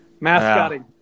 Mascotting